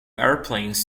airplanes